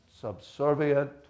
subservient